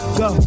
go